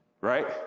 Right